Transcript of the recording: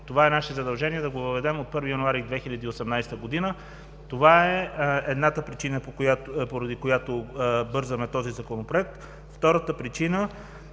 стикер. Наше задължение е да въведем това от 1 януари 2018 г. Това е едната причина, поради която бързаме този Законопроект. Втората причина